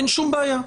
אין שום בעיה.